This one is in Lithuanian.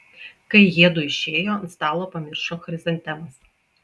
kai jiedu išėjo ant stalo pamiršo chrizantemas